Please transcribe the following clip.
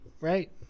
right